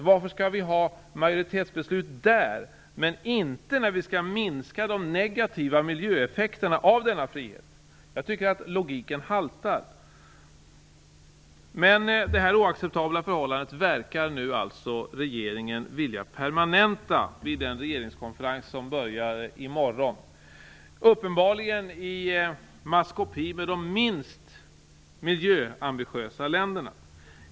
Varför skall vi ha majoritetsbeslut i krämarperspektivet men inte när vi skall minska de negativa miljöeffekterna av denna frihet? Jag tycker att logiken haltar. Men detta oacceptabla förhållande verkar regeringen nu alltså vilja permanenta vid den regeringskonferens som börjar i morgon, uppenbarligen i maskopi med de minst miljöambitiösa länderna.